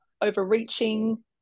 Overreaching